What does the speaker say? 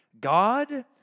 God